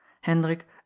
hendrik